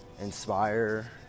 inspire